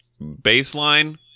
baseline